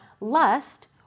lust